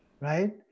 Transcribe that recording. right